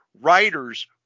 Writers